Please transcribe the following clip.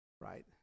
Right